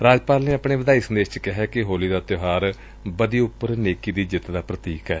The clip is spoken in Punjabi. ਰਾਜਪਾਲ ਨੇ ਆਪਣੇ ਵਧਾਈ ਸੰਦੇਸ਼ ਵਿਚ ਕਿਹੈ ਕਿ ਹੋਲੀ ਦਾ ਤਿਉਹਾਰ ਬਦੀ ਉਪਰ ਨੇਕੀ ਦੀ ਜਿੱਤ ਦਾ ਪੂਤੀਕ ਏ